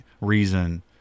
reason